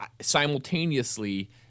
simultaneously